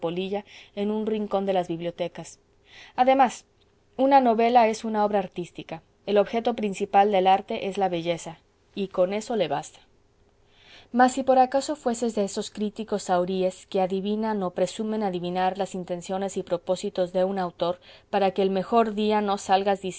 en un rincón de las bibliotecas además una novela es una obra artística el objeto principal del arte es la belleza y con eso le basta mas si por acaso fueses de esos críticos zahoríes que adivinan o presumen de adivinar las intenciones y propósitos de un autor para que el mejor día no salgas